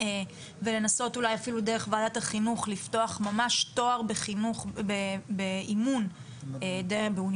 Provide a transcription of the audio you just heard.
ולנסות אפילו דרך ועדת החינוך לפתוח תואר באימון באוניברסיטאות,